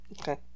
Okay